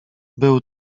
był